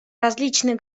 различные